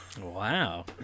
wow